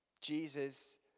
Jesus